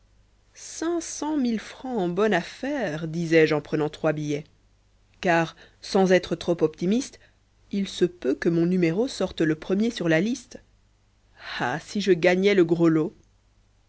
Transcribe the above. sonne affaire disais-je en prenant trois billets car sans être trop optimiste il se peut que mon numéro sorte le premier sur la liste ah si je gagnais le gros lot